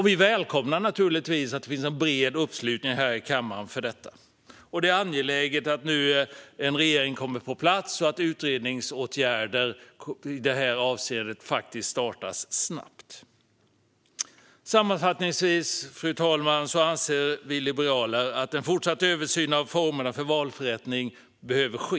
Vi välkomnar naturligtvis att det finns en bred uppslutning i kammaren för detta. Det är angeläget att en regering nu kommer på plats och att utredningsåtgärder i detta avseende faktiskt startas snabbt. Sammanfattningsvis, fru talman, anser vi liberaler att en fortsatt översyn av formerna för valförrättning behöver ske.